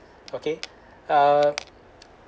okay err